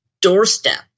doorstep